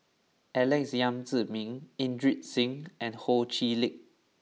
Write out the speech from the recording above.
Alex Yam Ziming Inderjit Singh and Ho Chee Lick